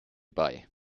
bei